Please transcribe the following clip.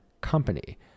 company